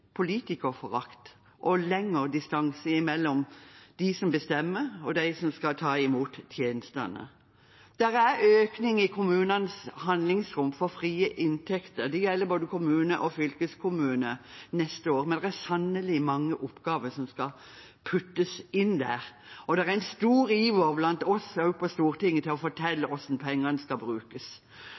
politikerforakt og lengre distanse mellom dem som bestemmer, og dem som skal ta imot tjenestene. Det er en økning i kommunenes handlingsrom for frie inntekter neste år, det gjelder både kommuner og fylkeskommuner, men det er sannelig mange oppgaver som skal puttes inn. Og det er en stor iver blant oss på Stortinget for å fortelle hvordan pengene skal brukes.